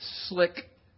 slick